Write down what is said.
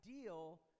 ideal